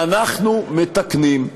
ואנחנו מתקנים.